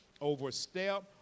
overstep